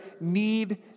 need